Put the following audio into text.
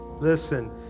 Listen